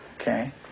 Okay